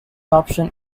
option